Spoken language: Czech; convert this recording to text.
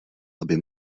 aby